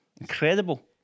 Incredible